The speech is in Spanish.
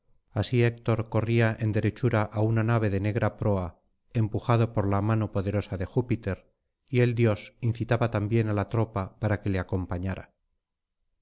así héctor corría en derechura á una nave de negra proa empujado por la mano poderosa de júpiter y el dios incitaba también á la tropa para que le acompañara